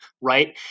right